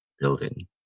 building